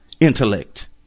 intellect